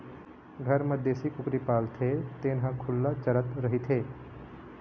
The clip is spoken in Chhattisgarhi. घर म देशी कुकरी पालथे तेन ह खुल्ला चरत रहिथे